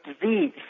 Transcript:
disease